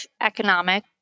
economic